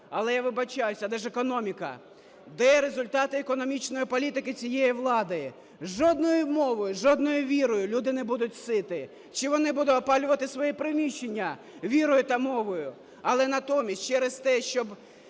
Але, я вибачаюсь, а де ж економіка? Де результати економічної політики цієї влади? Жодною мовою, жодною вірою люди не будуть ситі. Чи вони будуть опалювати свої приміщення вірою та мовою? Але натомість через те, щоб